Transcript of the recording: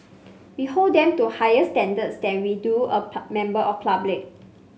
we hold them to higher standards than we do a member of public